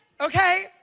Okay